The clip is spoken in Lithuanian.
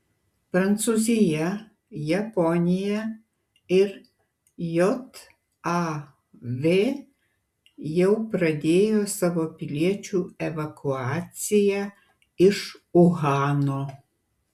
prancūzija japonija ir jav jau pradėjo savo piliečių evakuaciją iš uhano